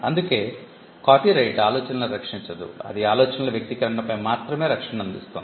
అందుకే కాపీరైట్ ఆలోచనలను రక్షించదు ఇది ఆలోచనల వ్యక్తీకరణపై మాత్రమే రక్షణను అందిస్తుంది